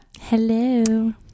Hello